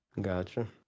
Gotcha